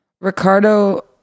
Ricardo